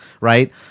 right